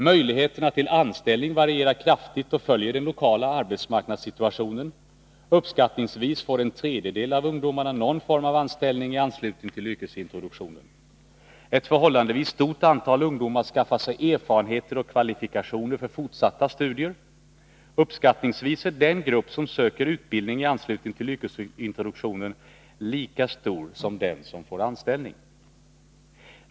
Möjligheterna till anställning varierar kraftigt och följer den lokala arbetsmarknadssituationen. Uppskattningsvis får en tredjedel av ungdomarna någon form av anställning i anslutning till yrkesintroduktionen. Ett förhållandevis stort antal ungdomar skaffar sig erfarenheter och kvalifikationer för fortsatta studier. Uppskattningsvis är den grupp som söker utbildning i anslutning till yrkesintroduktionen lika stor som den som får anställning.